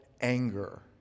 anger